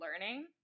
learning